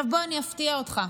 בוא אני אפתיע אותך: